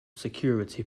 security